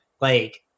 like-